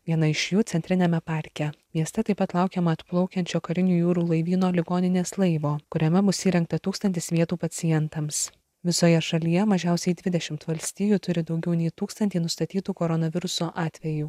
viena iš jų centriniame parke mieste taip pat laukiama atplaukiančio karinio jūrų laivyno ligoninės laivo kuriame bus įrengta tūkstantis vietų pacientams visoje šalyje mažiausiai dvidešimt valstijų turi daugiau nei tūkstantį nustatytų koronaviruso atvejų